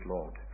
Lord